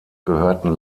gehörten